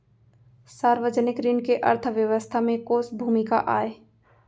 सार्वजनिक ऋण के अर्थव्यवस्था में कोस भूमिका आय?